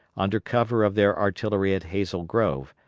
under cover of their artillery at hazel grove,